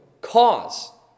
cause